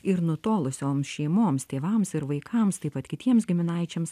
ir nutolusiom šeimoms tėvams ir vaikams taip pat kitiems giminaičiams